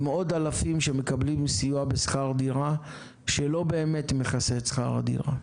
עם עוד אלפים שמקבלים סיוע בשכר דירה שלא באמת מכסה את שכר הדירה,